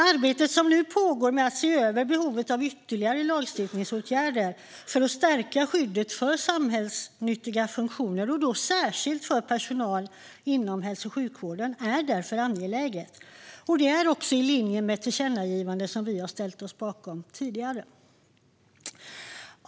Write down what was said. Arbetet som nu pågår med att se över behovet av ytterligare lagstiftningsåtgärder för att stärka skyddet för samhällsnyttiga funktioner, särskilt vad gäller personal inom hälso och sjukvården, är därför angeläget. Detta är också i linje med det tillkännagivande som vi tidigare har ställt oss bakom. Herr talman!